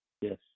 Yes